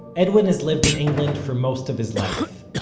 edwin has lived in england for most of his life,